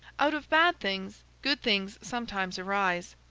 out of bad things, good things sometimes arise.